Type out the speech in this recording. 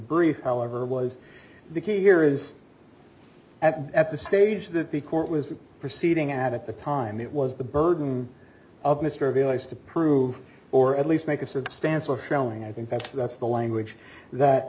brief however was the key here is that at this stage that the court was proceeding at the time it was the burden of mr avila's to prove or at least make a substantial showing i think that that's the language that